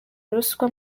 ruswa